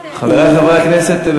חברי חברי הכנסת,